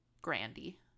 grandy